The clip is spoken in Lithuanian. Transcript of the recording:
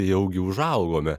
jaugi užaugome